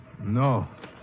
No